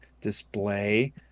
display